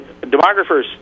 demographers